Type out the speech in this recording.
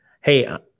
hey